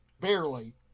barely